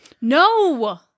No